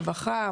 רווחה,